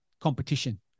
competition